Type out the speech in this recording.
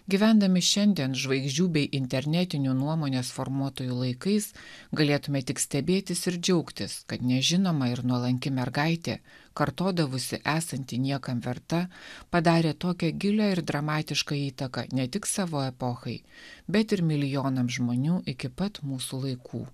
gyvendami šiandien žvaigždžių bei internetinių nuomonės formuotojų laikais galėtumėme tik stebėtis ir džiaugtis kad nežinoma ir nuolanki mergaitė kartodavusi esanti niekam verta padarė tokią gilią ir dramatišką įtaką ne tik savo epochai bet ir milijonams žmonių iki pat mūsų laikų